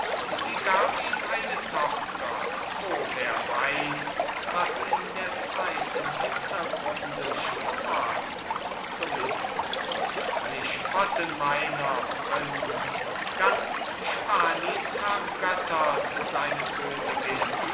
sie gab ihm eine tochter o wer weiß was in der zeiten hintergrunde schlummert domingo sie spotten meiner prinz ganz spanien vergöttert seine königin